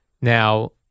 Now